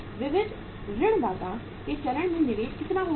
विविध ऋणदाता के चरण में निवेश कितना होगा